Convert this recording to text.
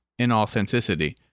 inauthenticity